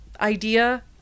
idea